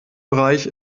bereich